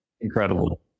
incredible